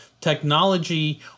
technology